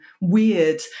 weird